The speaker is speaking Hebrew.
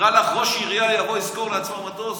נראה לך שראש עירייה יבוא, ישכור לעצמו מטוס?